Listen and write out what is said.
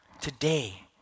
Today